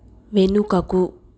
వెనుకకు